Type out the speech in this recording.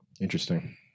Interesting